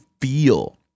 feel